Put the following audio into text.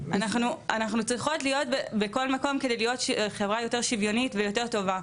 אנחנו צריכות להיות בכל מקום כדי להיות חברה יותר שוויונית ויותר טובה,